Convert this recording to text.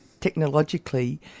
Technologically